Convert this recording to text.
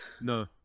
No